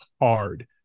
hard